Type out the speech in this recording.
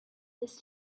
this